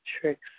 tricks